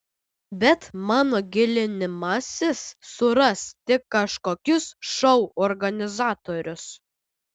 bet mano gilinimasis suras tik kažkokius šou organizatorius